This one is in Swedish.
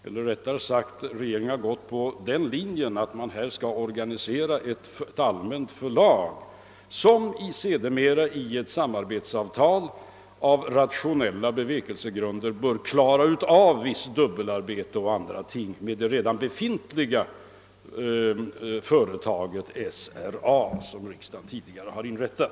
Eller rättare sagt, regeringen valde att organisera ett allmänt förlag som sedermera av rationella bevekelsegrunder i ett samarbetsavtal bör klara av visst dubbelarbete och annat tillsammans med det redan befintliga företaget SRA, som ju riksdagen tidigare beslutat inrätta.